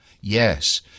Yes